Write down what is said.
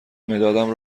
مدادم